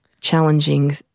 challenging